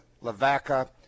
Lavaca